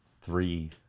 three